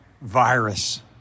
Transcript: Virus